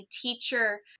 teacher